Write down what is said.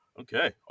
Okay